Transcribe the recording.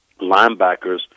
linebackers